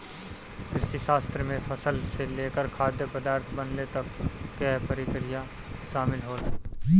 कृषिशास्त्र में फसल से लेकर खाद्य पदार्थ बनले तक कअ प्रक्रिया शामिल होला